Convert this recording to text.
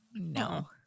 No